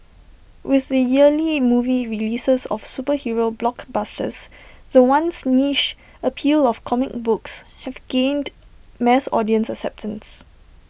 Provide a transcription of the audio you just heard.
with the yearly movie releases of superhero blockbusters the once niche appeal of comic books has gained mass audience acceptance